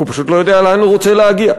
כי הוא פשוט לא יודע לאן הוא רוצה להגיע.